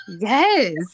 Yes